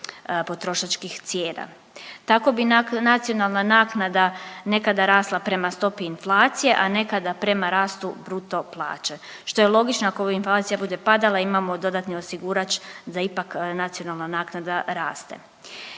potrošačkih cijena. Tako bi nacionalna naknada nekada rasla prema stopi inflacije, a nekada prema rastu bruto plaće što je logično ako inflacija bude padala imamo dodatni osigurač da ipak nacionalna naknada raste.